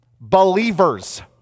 Believers